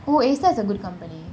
oh A star is a good company